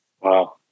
wow